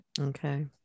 Okay